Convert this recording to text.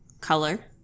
color